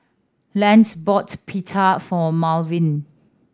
Lent bought Pita for Marvel